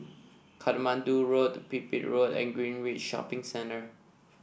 Katmandu Road Pipit Road and Greenridge Shopping Centre